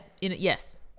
yes